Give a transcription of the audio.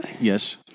Yes